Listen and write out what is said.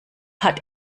hat